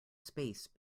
space